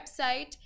website